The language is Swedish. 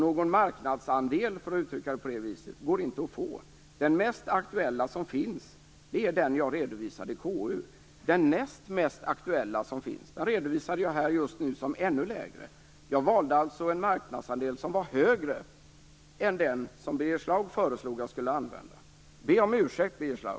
Någon marknadsandel, för att uttrycka det så, går inte att få. Den mest aktuella uppgift som finns är den jag redovisade i KU. Den näst mest aktuella är den jag redovisade här nyss, som är ännu lägre. Jag valde alltså en marknadsandel som var högre än den Birger Schlaug föreslog. Be om ursäkt, Birger Schlaug!